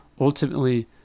ultimately